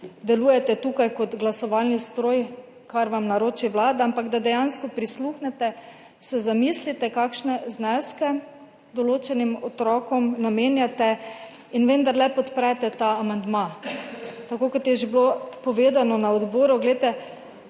delujete tukaj kot glasovalni stroj, kar vam naroči vlada, ampak da dejansko prisluhnete, se zamislite, kakšne zneske določenim otrokom namenjate in vendarle podprete ta amandma. Kot je že bilo povedano na odboru,